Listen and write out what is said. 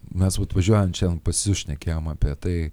mes vat važiuojant šiandien pas jus šnekėjom apie tai